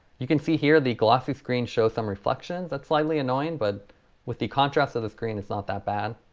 you can see here the glossy screen shows some reflections that's slightly annoying but with the contrast of the screen it's not that bad.